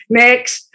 next